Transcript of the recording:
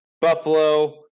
Buffalo